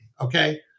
Okay